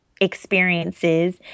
experiences